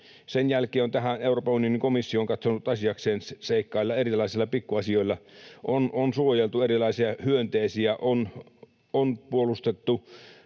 Krimin, on Euroopan unionin komissio katsonut asiakseen seikkailla erilaisilla pikkuasioilla — on suojeltu erilaisia hyönteisiä, on puolustettu